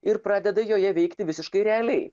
ir pradeda joje veikti visiškai realiai